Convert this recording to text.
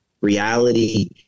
Reality